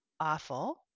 awful